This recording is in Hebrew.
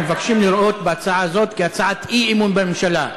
מבקשים לראות בהצעה הזאת הצעת אי-אמון בממשלה,